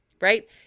right